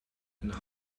and